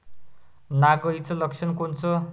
नाग अळीचं लक्षण कोनचं?